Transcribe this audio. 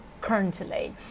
currently